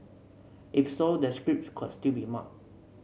if so the scripts could still be marked